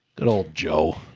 good old joe.